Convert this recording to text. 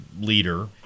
leader